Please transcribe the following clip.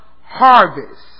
harvest